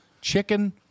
chicken